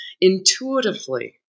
Intuitively